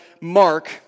Mark